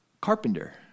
Carpenter